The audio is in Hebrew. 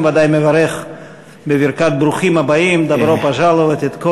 אני בוודאי מברך בברכת ברוכים הבאים את כל